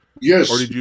Yes